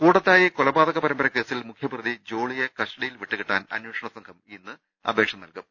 കൂടത്തായി കൊലപാതക പരമ്പര കേസിൽ മുഖ്യപ്രതി ജോളിയെ കസ്റ്റഡിയിൽ വിട്ടുകിട്ടാൻ അന്വേഷണ സംഘം ഇന്ന് അപേക്ഷ നൽകും